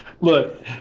look